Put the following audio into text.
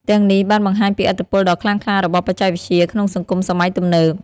ទាំងនេះបានបង្ហាញពីឥទ្ធិពលដ៏ខ្លាំងក្លារបស់បច្ចេកវិទ្យាក្នុងសង្គមសម័យទំនើប។